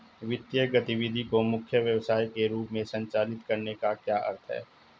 वित्तीय गतिविधि को मुख्य व्यवसाय के रूप में संचालित करने का क्या अर्थ है?